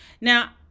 Now